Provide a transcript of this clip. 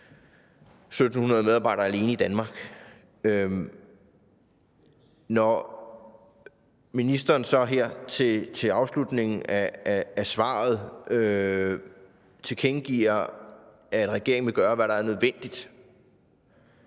1.700 medarbejdere alene i Danmark. Når ministeren så her i afslutningen af svaret tilkendegiver, at regeringen vil gøre, hvad der er nødvendigt,